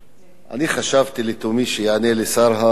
חשבתי לתומי שיענה לי שר הבריאות,